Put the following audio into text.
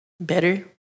Better